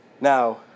Now